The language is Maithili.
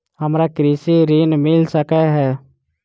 हमरा कृषि ऋण मिल सकै है?